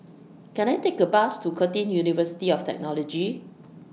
Can I Take A Bus to Curtin University of Technology